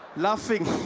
laughing